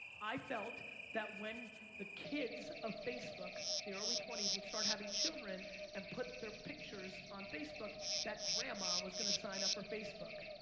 i felt that when the kids of facebook, the early twenty s, would start having children and put their pictures on facebook that grandma was gonna sign up for facebook.